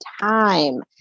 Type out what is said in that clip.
time